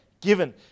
given